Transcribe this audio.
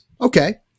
Okay